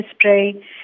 spray